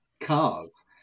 cars